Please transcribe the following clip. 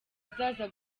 azaza